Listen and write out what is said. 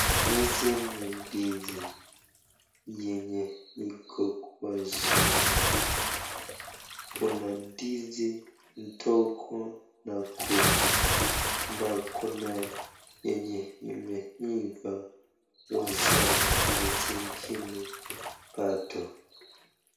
Hizi ni ndizi yenye iko kwa shamba. Kuna ndizi ndogo na kubwa na kuna yenye imeiva kwa shamba na zingine bado.